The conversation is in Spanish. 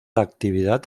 actividad